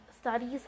studies